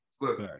Look